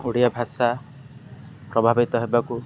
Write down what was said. ଓଡ଼ିଆ ଭାଷା ପ୍ରଭାବିତ ହେବାକୁ